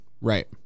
Right